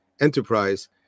enterprise